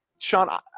Sean